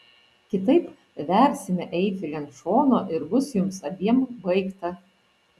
kitaip versime eifelį ant šono ir bus jums abiem baigta